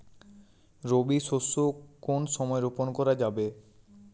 রবি শস্য কোন সময় রোপন করা যাবে?